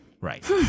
Right